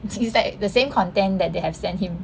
is like the same content that they have sent him